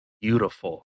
beautiful